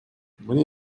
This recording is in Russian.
мне